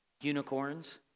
unicorns